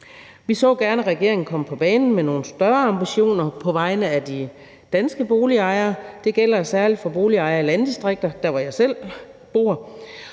Vi så gerne, at regeringen kom på banen med nogle større ambitioner på vegne af de danske boligejere. Det gælder særlig for boligejere i landdistrikter – der, hvor jeg selv bor